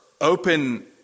open